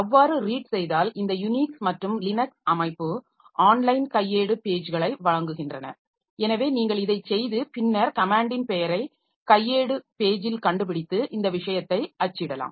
அவ்வாறு ரீட் செய்தால் இந்த யுனிக்ஸ் மற்றும் லினக்ஸ் அமைப்பு ஆன்லைன் கையேடு பேஜ்களை வழங்குகின்றன எனவே நீங்கள் இதை செய்து பின்னர் கமேன்டின் பெயரை கையேடு பேஜில் கண்டுபிடித்து இந்த விஷயத்தை அச்சிடலாம்